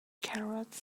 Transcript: carrots